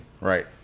Right